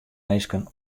minsken